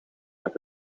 met